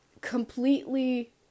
completely